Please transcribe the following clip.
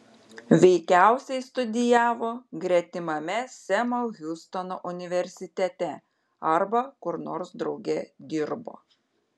veikiausiai studijavo gretimame semo hiustono universitete arba kur nors drauge dirbo